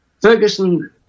Ferguson